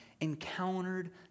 encountered